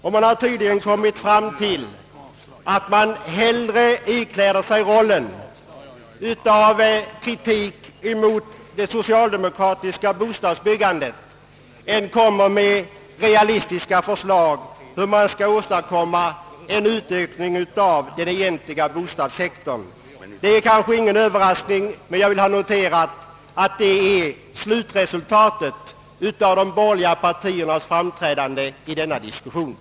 Det har tydligt kommit fram att man hellre ikläder sig rollen som kritiker av det socialdemokratiska bostadsbyggandet än man lägger fram realistiska förslag om hur man skall åstadkomma en utökning av detta byggande. Det är kanske ingen Överraskning, men jag vill notera ati detta är slutresultatet av de borgerliga partiernas framträdande i diskussionen.